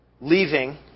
leaving